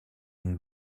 une